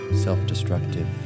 self-destructive